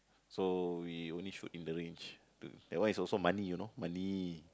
so we only shoot in the range that one is also money you know money